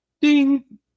Ding